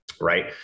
Right